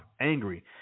angry